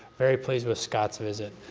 very pleased with scott's visit,